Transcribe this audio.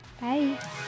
Bye